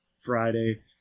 Friday